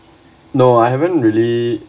no I haven't really